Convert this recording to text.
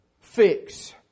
fix